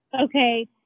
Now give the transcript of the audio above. Okay